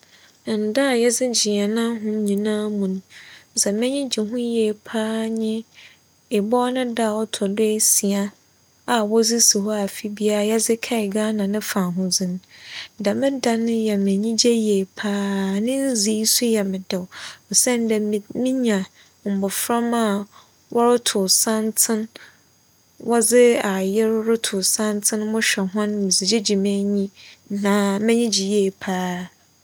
Nda a yɛdze gye hɛn ahom nyinaa mu no, dza m'enyi gye ho yie paa nye ebͻw ne da a ͻtͻdo esia a wͻdze si hͻ a afe biaa yɛdze kae Ghana ne fahodzi no. Dɛm da no yɛ me enyigye yie paa, ne ndzii so yɛ me dɛw osiandɛ mi-minya mboframa a wͻrotow santsen, wͻdze ayer rotow santsen mohwɛ hͻn medze gyegye m'enyi na m'enyi gye yie paa.